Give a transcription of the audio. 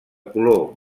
color